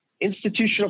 institutional